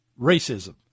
racism